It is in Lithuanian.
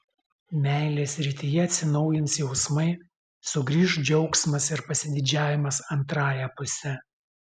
meilės srityje atsinaujins jausmai sugrįš džiaugsmas ir pasididžiavimas antrąja puse